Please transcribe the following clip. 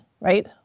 right